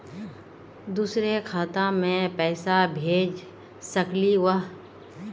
दुसरे खाता मैं पैसा भेज सकलीवह?